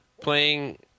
playing